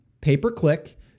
pay-per-click